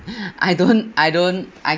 I don't I don't I